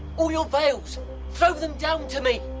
all your veils. throw them down to me.